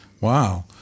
Wow